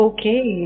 Okay